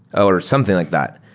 or something like that.